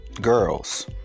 girls